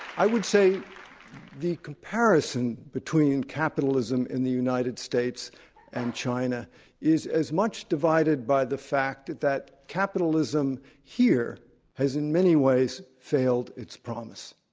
i would say that the comparison between capitalism in the united states and china is as much divided by the fact that that capitalism here has in many ways failed its promise.